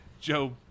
Joe